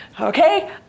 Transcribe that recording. okay